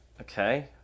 Okay